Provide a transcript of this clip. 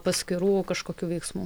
paskyrų kažkokių veiksmų